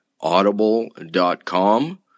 Audible.com